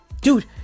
Dude